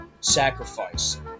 sacrifice